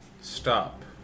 stop